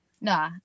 No